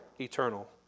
Eternal